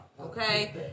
okay